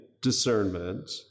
discernment